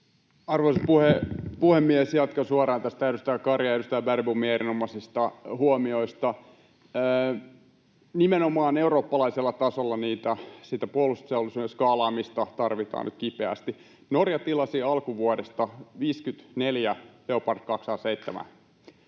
Arvoisa puhemies! Jatkan suoraan näistä edustaja Karin ja edustaja Bergbomin erinomaisista huomioista. Nimenomaan eurooppalaisella tasolla sitä puolustusteollisuuden skaalaamista tarvitaan kipeästi. Norja tilasi alkuvuodesta 54 Leopard 2A7